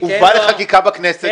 הוא בא לחקיקה בכנסת -- רועי,